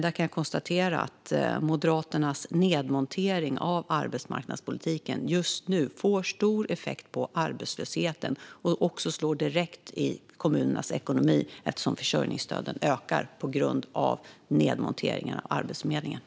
Jag kan konstatera att Moderaternas nedmontering av arbetsmarknadspolitiken just nu får stor effekt på arbetslösheten. Den slår också direkt på kommunernas ekonomi, eftersom försörjningsstöden ökar på grund av nedmonteringen av Arbetsförmedlingen.